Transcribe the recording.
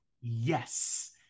Yes